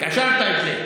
קשרת את זה.